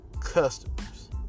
customers